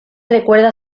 recuerda